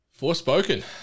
Forspoken